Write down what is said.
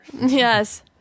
Yes